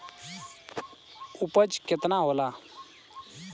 उपज केतना होला?